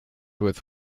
with